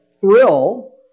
thrill